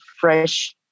fresh